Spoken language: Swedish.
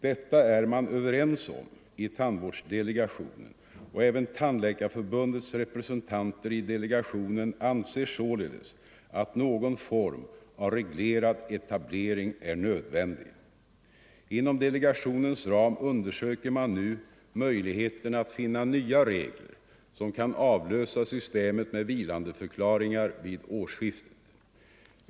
Detta är man överens om i tandvårdsdelegationen, och även Tandläkarförbundets representanter i delegationen anser således att någon form av reglerad etablering är nödvändig. Inom delegationens ram undersöker man nu möjligheterna att finna nya regler som kan avlösa systemet med vilandeförklaringar vid årsskiftet.